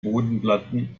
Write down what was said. bodenplatten